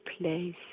place